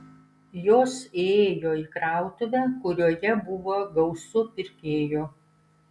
jos įėjo į krautuvę kurioje buvo gausu pirkėjų